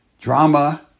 drama